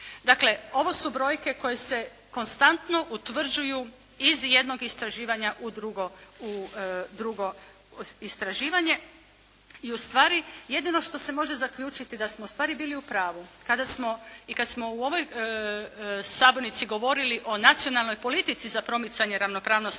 Dakle ovo su brojke koje se konstantno utvrđuju iz jednog istraživanja u drugo istraživanje i ustvari jedino što se može zaključiti da smo ustvari bili u pravu kada smo u ovoj sabornici govorili o nacionalnoj politici za promicanje ravnopravnosti